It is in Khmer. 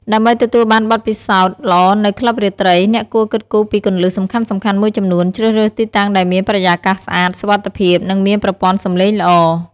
ដើម្បីទទួលបានបទពិសោធន៍ល្អនៅក្លឹបរាត្រី អ្នកគួរគិតគូរពីគន្លឹះសំខាន់ៗមួយចំនួន ជ្រើសរើសទីតាំងដែលមាន បរិយាកាសស្អាត សុវត្ថិភាព និងមាន ប្រព័ន្ធសំឡេងល្អ។